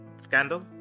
scandal